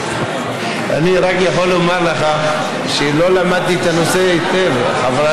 אני רק יכול לומר לך שלא למדתי את הנושא היטב.